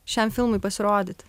šiam filmui pasirodyti